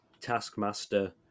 taskmaster